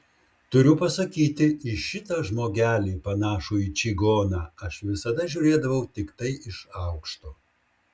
turiu pasakyti į šitą žmogelį panašų į čigoną aš visada žiūrėdavau tiktai iš aukšto